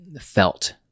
felt